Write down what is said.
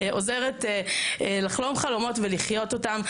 עוזרת לחלום חלומות ולחיות אותם.